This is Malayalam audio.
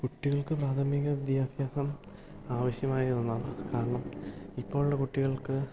കുട്ടികൾക്കു പ്രാഥമിക വിദ്യാഭ്യാസം ആവശ്യമായ ഒന്നാണ് കാരണം ഇപ്പോഴുള്ള കുട്ടികൾക്ക്